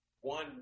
one